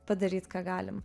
padaryt ką galim